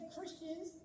Christians